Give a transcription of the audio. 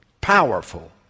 powerful